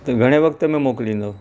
त घणे वक़्त में मोकिलींदो